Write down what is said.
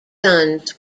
sons